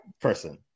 person